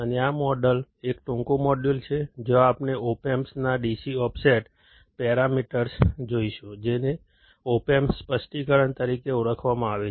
અને આ મોડેલ એક ટૂંકું મોડ્યુલ છે જ્યાં આપણે ઓપ એમ્પ ના DC ઓફસેટ પેરામીટર્સ જોઈશું જેને ઓપ એમ્પ સ્પષ્ટીકરણ તરીકે પણ ઓળખવામાં આવે છે